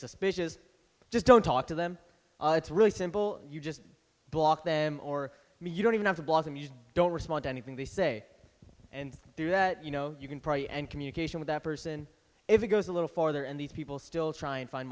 suspicious just don't talk to them it's really simple you just block them or you don't even have to blossom you don't respond to anything they say and do that you know you can pray and communication with that person if it goes a little farther and these people still try and find